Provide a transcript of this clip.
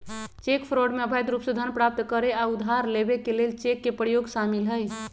cheque fraud में अवैध रूप से धन प्राप्त करे आऽ उधार लेबऐ के लेल चेक के प्रयोग शामिल हइ